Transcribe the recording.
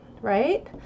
right